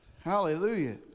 Hallelujah